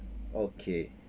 okay